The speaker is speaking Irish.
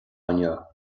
inniu